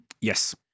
Yes